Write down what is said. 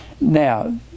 Now